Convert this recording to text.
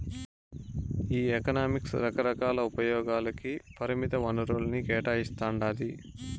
ఈ ఎకనామిక్స్ రకరకాల ఉపయోగాలకి పరిమిత వనరుల్ని కేటాయిస్తాండాది